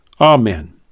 Amen